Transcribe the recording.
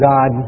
God